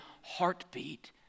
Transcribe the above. heartbeat